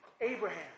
Abraham